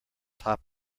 top